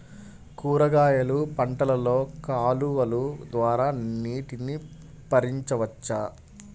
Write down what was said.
కూరగాయలు పంటలలో కాలువలు ద్వారా నీటిని పరించవచ్చా?